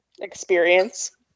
experience